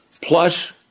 plus